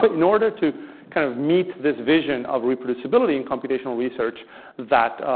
but in order to kind of meet this vision of reproducibility in computational research that